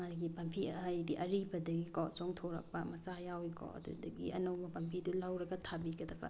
ꯃꯥꯒꯤ ꯄꯥꯝꯕꯤ ꯍꯥꯏꯗꯤ ꯑꯔꯤꯕꯗꯒꯤꯀꯣ ꯆꯣꯡꯊꯣꯛꯔꯛꯄ ꯃꯆꯥ ꯌꯥꯎꯏꯀꯣ ꯑꯗꯨꯗꯒꯤ ꯑꯅꯧꯕ ꯄꯥꯝꯕꯤꯗꯨ ꯂꯧꯔꯒ ꯊꯥꯕꯤꯒꯗꯕ